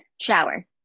Shower